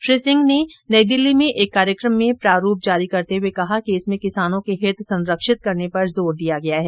श्री सिंह ने नई दिल्ली में एक कार्यक्रम में प्रारूप जारी करते हुए कहा कि इसमें किसानों के हित संरक्षित करने पर जोर दिया गया है